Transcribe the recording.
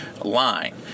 line